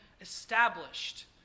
established